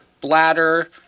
bladder